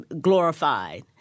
glorified